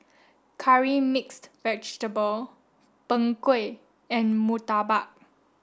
Curry mixed vegetable Png Kueh and Murtabak